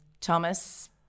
Thomas